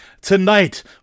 Tonight